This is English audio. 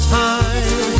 time